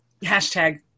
hashtag